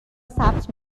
ثبت